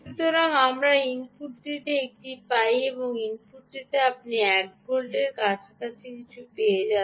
সুতরাং আমরা ইনপুটটিতে এটি পাই এবং ইনপুটটিতে আপনি 1 ভোল্টের কাছাকাছি কিছু পেয়ে যাচ্ছেন